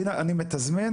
אני מתזמן